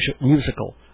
musical